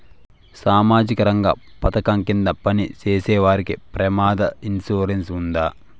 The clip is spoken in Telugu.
సామాజిక రంగ పథకం కింద పని చేసేవారికి ప్రమాద ఇన్సూరెన్సు ఉందా?